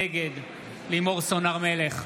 נגד לימור סון הר מלך,